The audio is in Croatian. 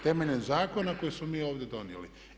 Temeljem zakona koji smo mi ovdje donijeli.